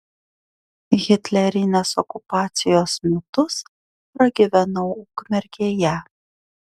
hitlerinės okupacijos metus pragyvenau ukmergėje